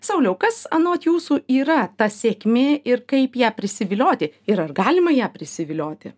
sauliau kas anot jūsų yra ta sėkmė ir kaip ją prisivilioti ir ar galima ją prisivilioti